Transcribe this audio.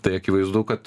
tai akivaizdu kad